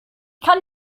kann